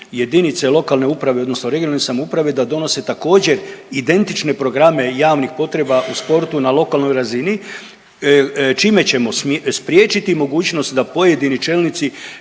jedinice lokalne uprave odnosno regionalne samouprave da donose također identične programe javnih potreba u sportu na lokalnoj razini čime ćemo spriječiti mogućnost da pojedini čelnici